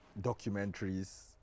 documentaries